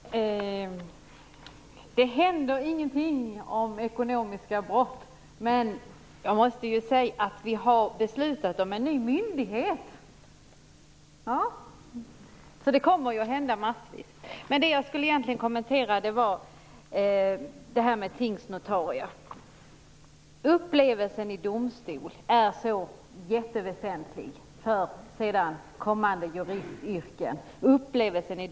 Herr talman! Det händer ingenting när det gäller ekonomiska brott, säger Rolf Åbjörnsson. Men vi har beslutat om en ny myndighet, så det kommer att hända massvis! Det jag egentligen ville kommentera är detta med tingsnotarier. Det sägs att upplevelsen i domstol är så jätteväsentlig för det kommande juristyrket.